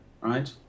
right